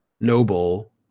noble